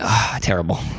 Terrible